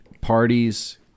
parties